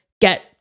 get